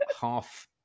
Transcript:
half